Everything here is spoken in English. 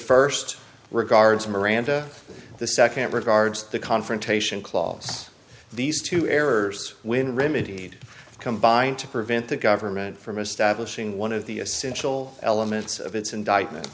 first regards miranda the second it regards the confrontation clause these two errors when remedied combine to prevent the government from establishing one of the essential elements of its indictment